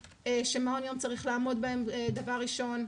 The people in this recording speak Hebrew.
שמעון יום צריך לעמוד בהם כדבר ראשון,